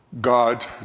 God